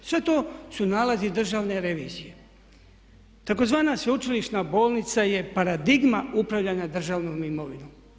Sve to su nalazi Državne revizije, tzv. Sveučilišna bolnica je paradigma upravljanja državnom imovinom.